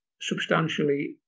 substantially